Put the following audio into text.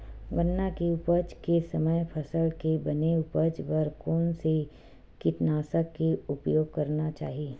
गन्ना के उपज के समय फसल के बने उपज बर कोन से कीटनाशक के उपयोग करना चाहि?